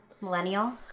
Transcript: Millennial